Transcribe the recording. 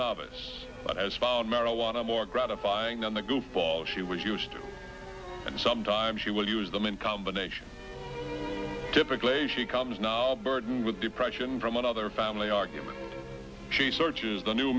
novice but has found marijuana more gratifying in the goofball she was used to and sometimes she will use them in combination typically she comes now burdened with depression from another family argument she searches the new